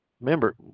remember